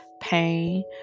Pain